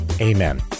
Amen